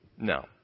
No